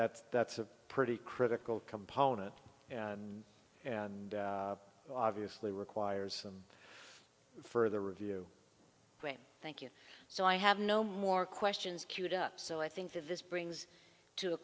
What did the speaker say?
that's that's a pretty critical component and and obviously requires them further review thank you so i have no more questions cued up so i think that this brings to